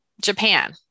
Japan